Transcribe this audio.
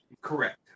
Correct